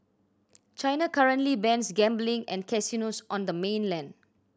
China currently bans gambling and casinos on the mainland